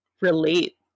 relate